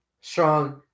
strong